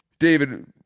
David